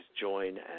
join